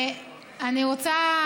אני רוצה